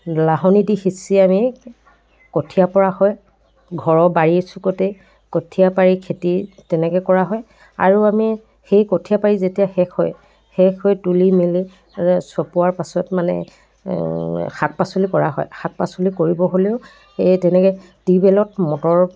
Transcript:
লাহনি দি সিঁচি আমি কঠিয়া পৰা হয় ঘৰৰ বাৰী চুকতেই কঠিয়া পাৰি খেতি তেনেকৈ কৰা হয় আৰু আমি সেই কঠিয়া পাৰি যেতিয়া শেষ হয় শেষ হৈ তুলি মেলি চপোৱাৰ পাছত মানে শাক পাচলি কৰা হয় শাক পাচলি কৰিব হ'লেও এই তেনেকৈ টিউবৱেলত মটৰ